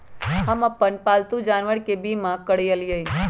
हम अप्पन पालतु जानवर के बीमा करअलिअई